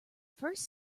first